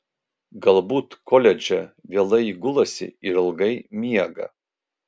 galbūt koledže vėlai gulasi ir ilgai miega